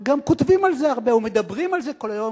גם כותבים על זה הרבה ומדברים על זה כל היום,